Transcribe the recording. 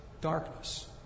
darkness